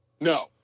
No